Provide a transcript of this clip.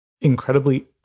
incredibly